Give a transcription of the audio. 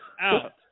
out